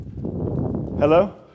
Hello